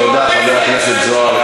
תודה, חבר הכנסת זוהר.